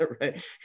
right